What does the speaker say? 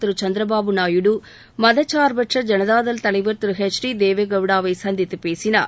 திருசந்திரபாபு நாயுடு மதச்சார்பற்ற ஜனதா தள் தலைவர் திரு எச் டி தேவே கவுடாவை சந்தித்துப் பேசினார்